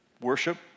worship